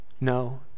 No